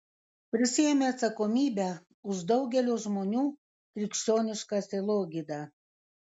prisiėmė atsakomybę už daugelio žmonių krikščionišką sielogydą